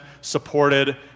supported